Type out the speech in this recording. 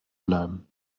bleiben